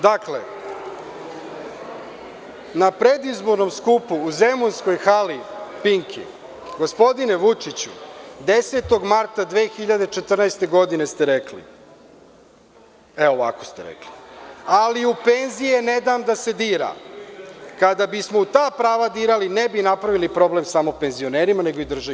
Dakle, na predizbornom skupu u zemunskoj hali „Pinki“, gospodine Vučiću, 10. marta 2014. godine ste rekli, ovako ste rekli – ali u penzije nedam da se dira, kada bismo uta prava dirali ne bi napravili problem samo penzionerima, nego i državi.